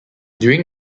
during